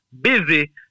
busy